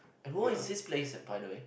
voice is plays by the way